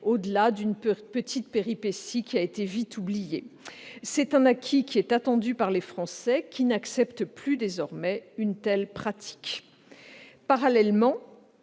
au-delà d'une petite péripétie vite oubliée. C'est un acquis attendu par les Français, qui n'acceptent plus désormais une telle pratique. Parallèlement,